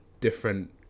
different